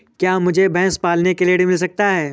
क्या मुझे भैंस पालने के लिए ऋण मिल सकता है?